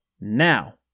Now